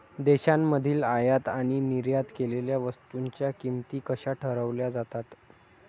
देशांमधील आयात आणि निर्यात केलेल्या वस्तूंच्या किमती कशा ठरवल्या जातात?